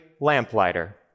lamplighter